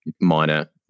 minor